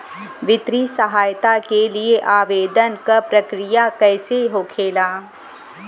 वित्तीय सहायता के लिए आवेदन क प्रक्रिया कैसे होखेला?